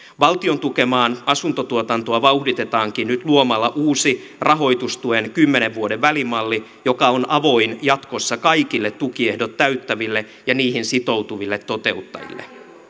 valtion tukemaa asuntotuotantoa vauhditetaankin nyt luomalla uusi rahoitustuen kymmenen vuoden välimalli joka on avoin jatkossa kaikille tukiehdot täyttäville ja niihin sitoutuville toteuttajille